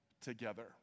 together